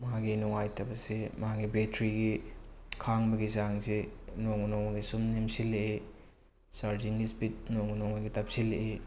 ꯃꯥꯒꯤ ꯅꯨꯡꯉꯥꯏꯇꯕꯁꯦ ꯃꯥꯒꯤ ꯕꯦꯇ꯭ꯔꯤꯒꯤ ꯈꯥꯡꯕꯒꯤ ꯆꯥꯡꯁꯦ ꯅꯣꯡꯃ ꯅꯣꯡꯃꯒꯤ ꯁꯨꯝ ꯅꯦꯝꯁꯤꯜꯂꯛꯏ ꯆꯥꯔꯖꯤꯡ ꯁ꯭ꯄꯤꯠ ꯅꯣꯡꯃ ꯅꯣꯡꯃꯒꯤ ꯇꯞꯁꯤꯜꯂꯛꯏ